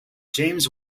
james